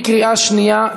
בקריאה שנייה.